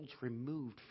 removed